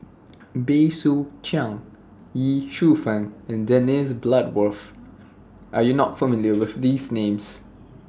Bey Soo Khiang Ye Shufang and Dennis Bloodworth Are YOU not familiar with These Names